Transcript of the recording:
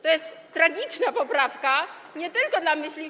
To jest tragiczna poprawka nie tylko dla myśliwych.